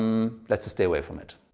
um let's stay away from it.